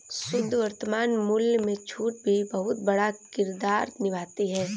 शुद्ध वर्तमान मूल्य में छूट भी बहुत बड़ा किरदार निभाती है